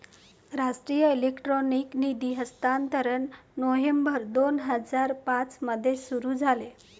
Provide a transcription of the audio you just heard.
राष्ट्रीय इलेक्ट्रॉनिक निधी हस्तांतरण नोव्हेंबर दोन हजार पाँच मध्ये सुरू झाले